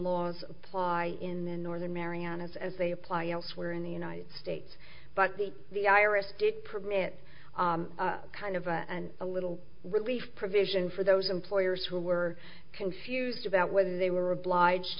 laws apply in the northern marianas as they apply elsewhere in the united states but the the iris did permit kind of a and a little relief provision for those employers who were confused about whether they were obliged